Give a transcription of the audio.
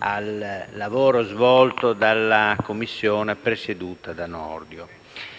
al lavoro svolto dalla Commissione ministeriale per